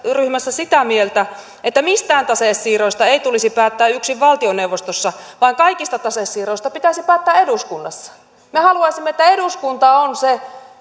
sitä mieltä että mistään tasesiirroista ei tulisi päättää yksin valtioneuvostossa vaan kaikista tasesiirroista pitäisi päättää eduskunnassa me haluaisimme että eduskunta on se